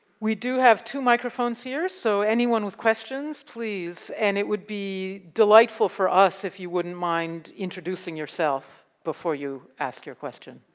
we do have two microphones here, so anyone with questions please, and it would be delightful for us if you wouldn't mind introducing yourself before you ask your question.